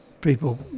people